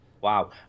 Wow